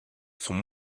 sont